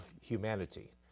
humanity